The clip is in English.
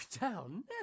down